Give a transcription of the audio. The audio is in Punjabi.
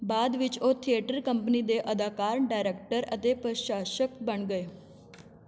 ਬਾਅਦ ਵਿੱਚ ਉਹ ਥੀਏਟਰ ਕੰਪਨੀ ਦੇ ਅਦਾਕਾਰ ਡਾਇਰੈਕਟਰ ਅਤੇ ਪ੍ਰਸ਼ਾਸਕ ਬਣ ਗਏ